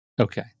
Okay